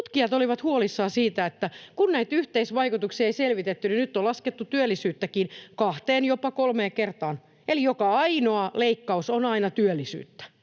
tutkijat olivat huolissaan siitä, että kun näitä yhteisvaikutuksia ei selvitetty, niin nyt on laskettu työllisyyttäkin kahteen, jopa kolmeen kertaan, eli joka ainoa leikkaus on aina työllisyyttä.